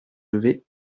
levé